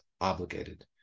obligated